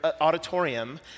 auditorium